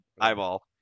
eyeball